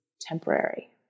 temporary